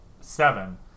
seven